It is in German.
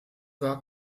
war